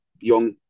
young